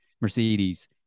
mercedes